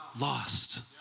lost